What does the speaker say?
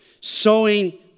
Sowing